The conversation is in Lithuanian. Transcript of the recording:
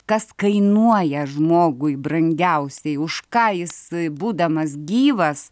kas kainuoja žmogui brangiausiai už ką jis būdamas gyvas